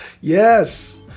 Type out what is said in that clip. yes